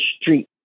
street